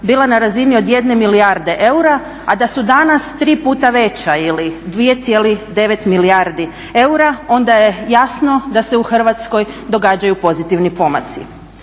bila na razini od 1 milijarde eura, a da su danas tri puta veća ili 2,9 milijardi eura, onda je jasno da se u Hrvatskoj događaju pozitivni pomaci.